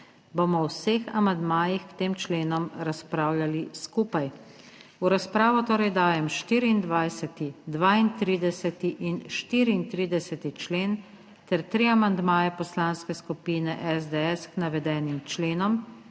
bomo o vseh amandmajih k tem členom razpravljali skupaj. V razpravo torej dajem 24., 32. in 34. člen ter tri amandmaje Poslanske skupine SDS k navedenim členom